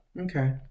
okay